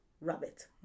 rabbit